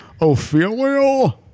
Ophelia